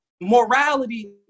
morality